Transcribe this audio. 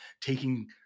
taking